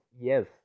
yes